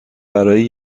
برای